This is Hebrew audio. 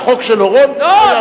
מהחוק של אורון, שלא יאמצו.